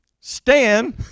Stan